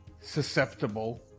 susceptible